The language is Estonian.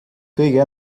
kõige